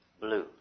blue